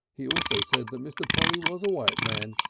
he also said that mr. polly was a white man,